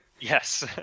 Yes